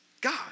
God